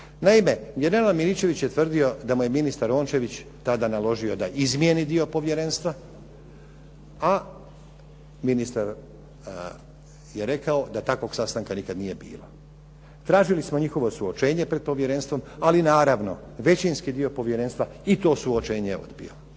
Naime, general Miličević je tvrdio da mu je ministar Rončević tada naložio da izmijeni dio povjerenstva a ministar je rekao da takvog sastanka nikada nije bilo. Tražili smo njihovo suočenje pred povjerenstvom, ali naravno, većinski dio povjerenstva i to suočenje je odbio.